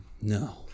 no